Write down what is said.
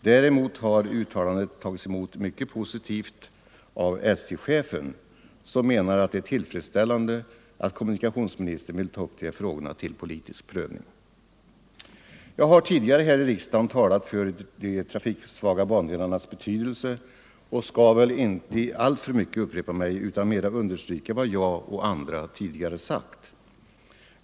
Däremot har uttalandet tagits emot mycket positivt av SJ-chefen, som menar att det är tillfredsställande att kommunikationsministern vill ta upp de här frågorna till politisk prövning. Jag har tidigare här i riksdagen talat för de trafiksvaga bandelarnas betydelse och skall väl inte alltför mycket upprepa mig utan mera understryka vad jag och andra tidigare sagt.